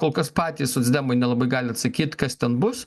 kol kas patys socdemai nelabai gali atsakyt kas ten bus